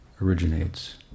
originates